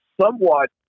somewhat